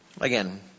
again